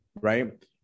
Right